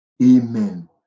Amen